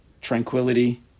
tranquility